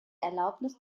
erlaubnis